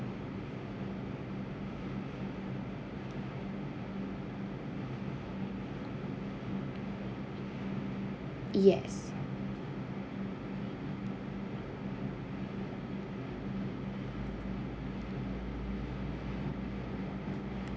yes